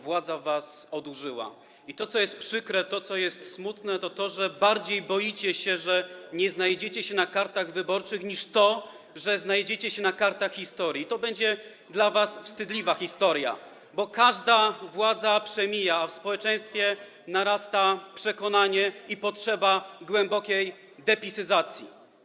Władza was odurzyła i to, co jest przykre, to, co jest smutne, to to, że bardziej boicie się tego, że nie znajdziecie się na kartach wyborczych, niż tego, że znajdziecie się na kartach historii - i to będzie dla was wstydliwa historia, bo każda władza przemija, a w społeczeństwie narasta przekonanie i potrzeba głębokiej depisyzacji.